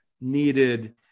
needed